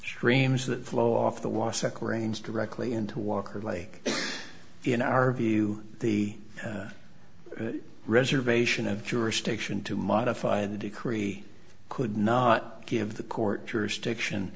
streams that flow off the waseca reigns directly into walker lake in our view the reservation of jurisdiction to modify the decree could not give the court jurisdiction